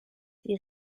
die